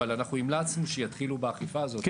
אבל המלצנו שיתחילו באכיפה הזאת ב-2022.